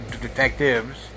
detectives